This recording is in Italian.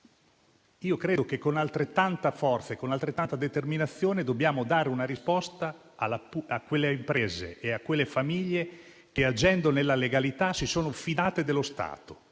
credo che con altrettanta forza e determinazione dobbiamo dare una risposta a quelle imprese e a quelle famiglie che, agendo nella legalità, si sono fidate dello Stato.